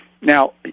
Now